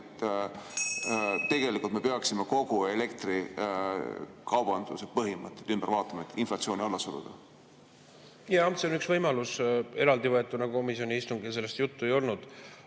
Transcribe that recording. Tegelikult me peaksime kogu elektrikaubanduse põhimõtted ümber vaatama, et inflatsiooni alla suruda. Jah, see on üks võimalus. Eraldi võetuna komisjoni istungil sellest juttu ei olnud,